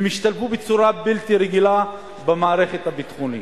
הם השתלבו בצורה בלתי רגילה במערכת הביטחונית.